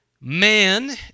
man